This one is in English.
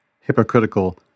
hypocritical